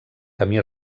camí